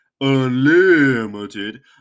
Unlimited